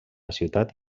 ciutat